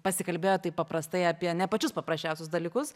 pasikalbėjot taip paprastai apie ne pačius paprasčiausius dalykus